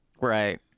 Right